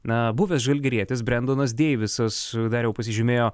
na buvęs žalgirietis brendonas deivisas dariau pasižymėjo